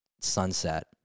sunset